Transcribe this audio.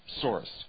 source